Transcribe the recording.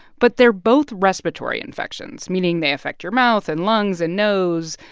but they're both respiratory infections, meaning they affect your mouth and lungs and nose,